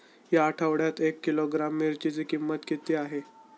या आठवड्यात एक किलोग्रॅम मिरचीची किंमत किती आहे?